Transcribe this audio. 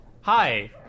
Hi